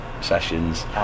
sessions